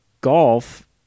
golf